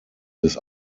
des